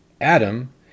Adam